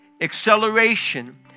acceleration